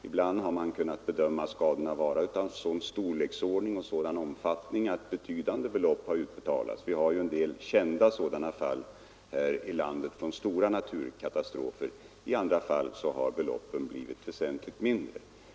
Ibland har man kunnat bedöma skadorna vara av sådan storleksordning att betydande belopp har utbetalats. Vi har en del kända sådana fall här i landet där det rör sig om stora naturkatastrofer. I andra fall har beloppen blivit väsentligt mindre.